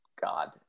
God